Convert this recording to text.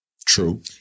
True